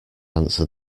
answer